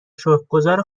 شکرگزار